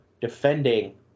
defending